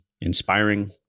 inspiring